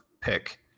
pick